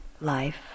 life